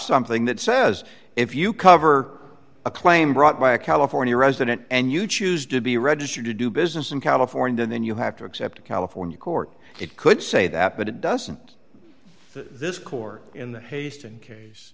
something that says if you cover a claim brought by a california resident and you choose to be registered to do business in california and then you have to accept a california court it could say that but it doesn't this court in the haste in case